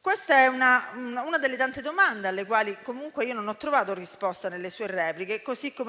Questa è una delle tante domande alle quali non ho trovato risposta nelle sue repliche.